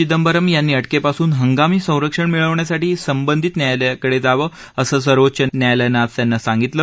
चिदंबरम यांनी अटकेपासून हंगामी संरक्षण मिळवण्यासाठी संबंधित न्यायालयाकडे जावं असं सर्वोच्च न्यायालयानं आज त्यांन सांगितलं